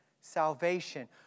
salvation